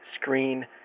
screen